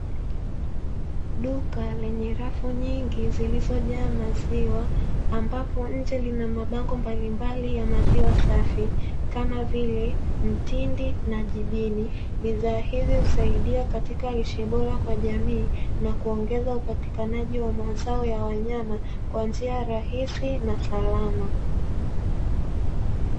Duka lenye rafu nyingi zilizojaa maziwa, ambapo nje lina mabango mbalimbali ya maziwa safi, kama vile, mtindi na jibini. Bidhaa hizi husaidia katika lishe bora kwa jamii na kuongeza upatikanaji wa mazao ya wanyama kwa njia rahisi na salama.